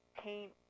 paint